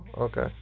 okay